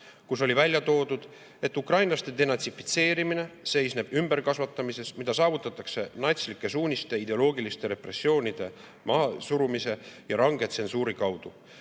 kus oli välja toodud, et ukrainlaste denatsifitseerimine seisneb ümberkasvatamises, mida saavutatakse natslike suuniste ideoloogiliste repressioonide mahasurumise ja range tsensuuri kaudu: